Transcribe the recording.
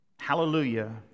Hallelujah